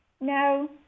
No